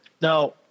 Now